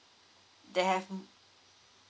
they have